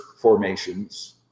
formations